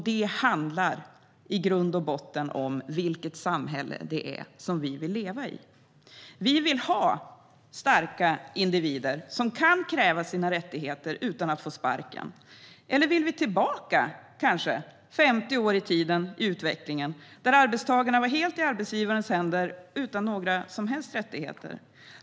Det handlar i grund och botten om vilket samhälle vi vill leva i. Vi vill ha starka individer som kan kräva sina rättigheter utan att få sparken. Eller vill vi kanske tillbaka 50 år i utvecklingen, där arbetstagare var helt i arbetsgivarens händer utan några som helst rättigheter?